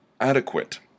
adequate